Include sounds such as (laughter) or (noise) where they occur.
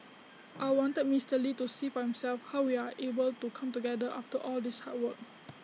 (noise) I wanted Mr lee to see for himself how we are able to come together after all these hard work